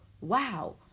wow